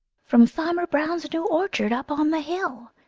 from farmer brown's new orchard up on the hill.